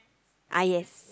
ah yes